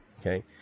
Okay